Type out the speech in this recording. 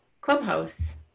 Clubhouse